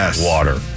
water